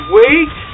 wait